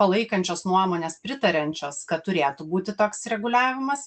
palaikančios nuomonės pritariančios kad turėtų būti toks reguliavimas